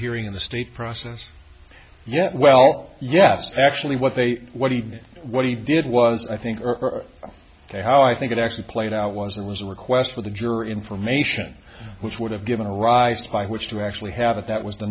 hearing in the state process yeah well yes actually what they what he did what he did was i think ok how i think it actually played out was there was a request for the juror information which would have given rise to by which to actually have it that was the